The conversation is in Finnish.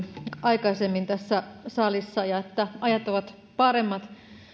aikaisemmin tässä salissa ja että ajat ovat paremmat nyt